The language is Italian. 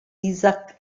isaac